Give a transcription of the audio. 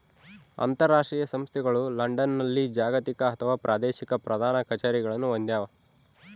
ಅಂತರಾಷ್ಟ್ರೀಯ ಸಂಸ್ಥೆಗಳು ಲಂಡನ್ನಲ್ಲಿ ಜಾಗತಿಕ ಅಥವಾ ಪ್ರಾದೇಶಿಕ ಪ್ರಧಾನ ಕಛೇರಿಗಳನ್ನು ಹೊಂದ್ಯಾವ